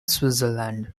switzerland